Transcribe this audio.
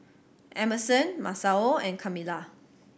Emerson Masao and Kamilah